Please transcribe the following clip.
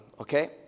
okay